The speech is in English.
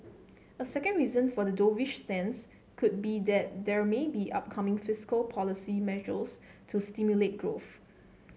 a second reason for the dovish stance could be that there may be upcoming fiscal policy measures to stimulate growth